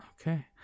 okay